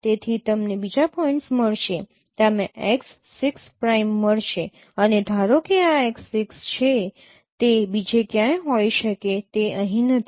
તેથી તમને બીજા પોઇન્ટ્સ મળશે તમને x 6 પ્રાઇમ મળશે અને ધારો કે આ x 6 છે તે બીજે ક્યાંક હોઈ શકે તે અહીં નથી